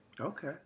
Okay